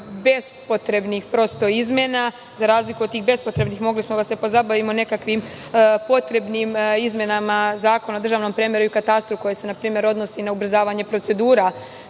bespotrebnih izmena. Za razliku od tih bespotrebnih mogli smo da se pozabavimo nekakvim potrebnim izmenama Zakona o državnom premeru i katastru, koji se npr. odnosi na ubrzavanje procedura